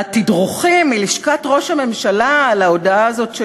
והתדרוכים מלשכת ראש הממשלה על ההודעה הזאת,